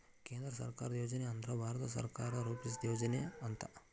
ಕೇಂದ್ರ ಸರ್ಕಾರದ್ ಯೋಜನೆ ಅಂದ್ರ ಭಾರತ ಸರ್ಕಾರ ರೂಪಿಸಿದ್ ಯೋಜನೆ ಅಂತ